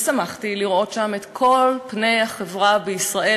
ושמחתי לראות שם את כל פני החברה בישראל,